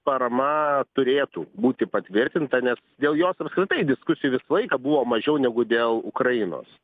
parama turėtų būti patvirtinta nes dėl jos apskritai diskusijų visą laiką buvo mažiau negu dėl ukrainos